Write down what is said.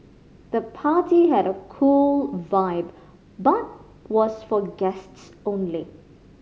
the party had a cool vibe but was for guests only